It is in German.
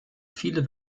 viele